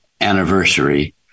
anniversary